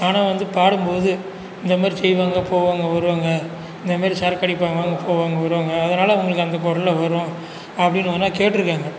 ஆனால் வந்து பாடும் போது இந்தமாதிரி செய்வாங்க போவாங்க வருவாங்கள் இந்தமாதிரி சரக்கடிப்பாங்க போவாங்க வருவாங்க அதனால் அவங்களுக்கு அந்த குரலில் வரும் அப்படின்னு வேணால் கேட்டுருக்காங்க